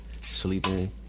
sleeping